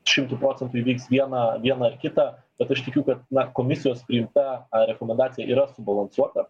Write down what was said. šimtu procentų įvyks viena viena ar kita bet aš tikiu kad na komisijos priimta a rekomendacija yra subalansuota